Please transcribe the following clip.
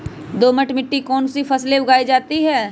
दोमट मिट्टी कौन कौन सी फसलें उगाई जाती है?